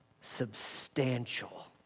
Substantial